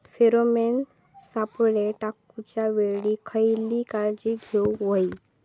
Pheromone सापळे टाकूच्या वेळी खयली काळजी घेवूक व्हयी?